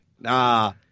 nah